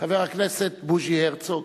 חבר הכנסת בוז'י הרצוג,